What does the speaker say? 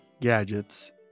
gadgets